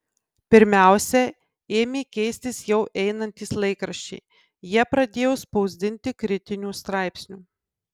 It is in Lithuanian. pirmiausia ėmė keistis jau einantys laikraščiai jie pradėjo spausdinti kritinių straipsnių